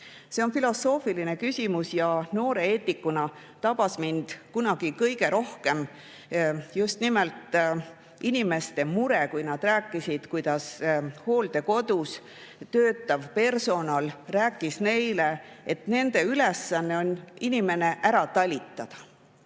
See on filosoofiline küsimus. Noore eetikuna tabas mind kunagi kõige rohkem just nimelt inimeste mure, kui nad rääkisid, kuidas hooldekodus töötav personal rääkis neile, et nende ülesanne on inimene ära talitada.